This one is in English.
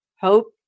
Hope